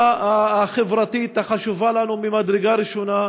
החברתית החשובה לנו ממדרגה ראשונה.